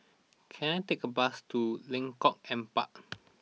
can I take a bus to Lengkong Empat